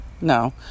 no